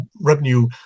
revenue